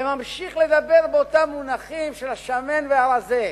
וממשיך לדבר באותם מונחים של השמן והרזה,